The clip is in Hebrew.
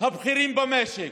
הבכירים במשק.